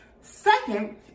second